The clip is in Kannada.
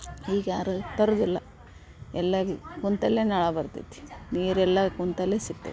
ಈಗ ಯಾರೂ ತರುವುದಿಲ್ಲ ಎಲ್ಲ ಕೂತಲ್ಲೇ ನಳ ಬರ್ತೈತಿ ನೀರೆಲ್ಲ ಕೂತಲ್ಲೇ ಸಿಕ್ತೈತಿ